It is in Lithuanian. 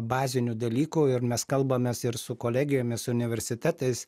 bazinių dalykų ir mes kalbamės ir su kolegijomis universitetais